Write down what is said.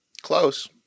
Close